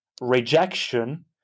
Rejection